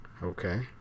Okay